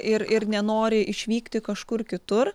ir ir nenori išvykti kažkur kitur